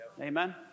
Amen